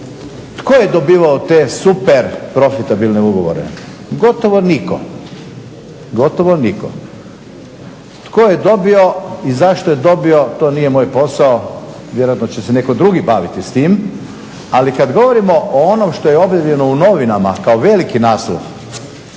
Tko je dobivao te super profitabilne ugovore, gotovo nitko. Tko je dobio i zašto je dobio, to nije moj posao, vjerojatno će se netko drugi baviti s tim. Ali kad govorimo o onom što je objavljeno u novinama kao veliki naslov